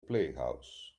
playhouse